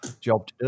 job